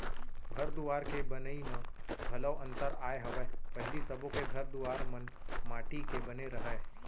घर दुवार के बनई म घलौ अंतर आय हवय पहिली सबो के घर दुवार मन माटी के बने रहय